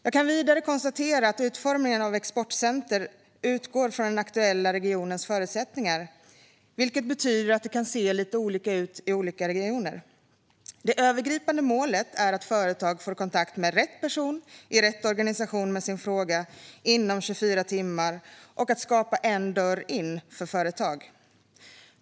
Jag kan konstatera att utformningen av exportcentrum utgår från den aktuella regionens förutsättningar, vilket betyder att det kan se lite olika ut i olika regioner. Det övergripande målet är att företag ska få kontakt med rätt person i rätt organisation med sin fråga inom 24 timmar och att "En dörr in" ska skapas för företag.